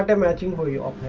and imagine what yeah